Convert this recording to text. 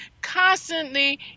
constantly